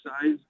size